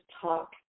talk